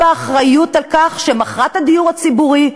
באחריות לכך שהיא מכרה את הדיור הציבורי,